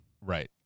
Right